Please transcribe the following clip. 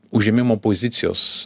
užėmimo pozicijos